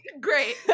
great